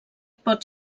pot